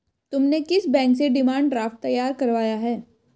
तुमने किस बैंक से डिमांड ड्राफ्ट तैयार करवाया है?